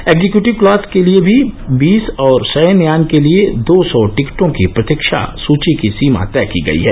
executive class के लिये भी बीस और शयनयान के लिये दो सौ टिकटों की प्रतीक्षा सूची की सीमा तय की गई है